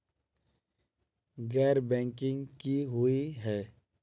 गैर बैंकिंग की हुई है?